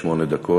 שמונה דקות.